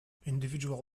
individual